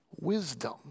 wisdom